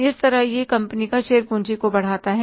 इस तरह यह कंपनी की शेयर पूंजी को बढ़ाता है